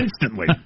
instantly